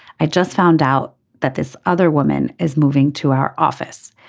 i just found out that this other woman is moving to our office.